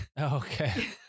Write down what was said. okay